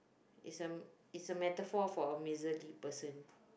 is a is a method for for a musically person